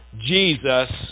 Jesus